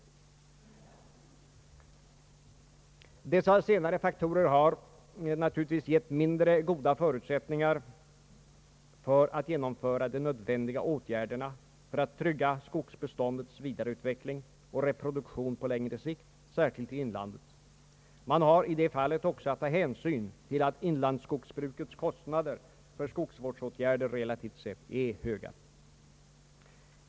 Dessa senare faktorer har naturligtvis gett mindre goda förutsättningar för att genomföra de nödvändiga åtgärderna för att trygga skogsbeståndets vidareutveckling och reproduktion på längre sikt, särskilt i inlandet. Man har i det fallet också att ta hänsyn till att inlandsskogsbrukets kostnader för skogsvårdsåtgärder relativt sett är höga.